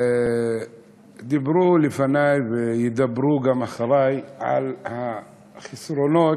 דיברו לפני וידברו גם אחרי על החסרונות